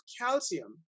calcium